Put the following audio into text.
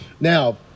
Now